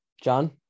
John